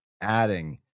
adding